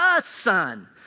son